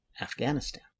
Afghanistan